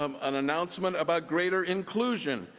um an announcement about greater inclusion,